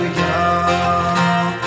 young